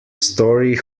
story